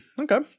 Okay